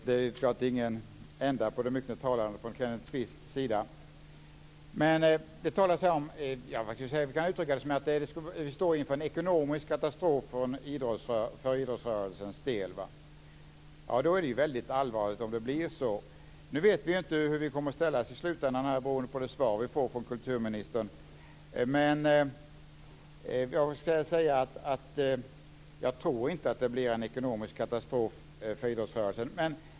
Fru talman! Det är ingen ände på det myckna talet från Kenneth Kvist. Vi står inför en ekonomisk katastrof för idrottsrörelsen. Det är väldigt allvarligt om det blir så. Nu vet vi inte hur vi kommer att ställa oss i slutänden, beroende på det svar vi får från kulturministern. Jag tror inte att det blir en ekonomisk katastrof för idrottsrörelsen.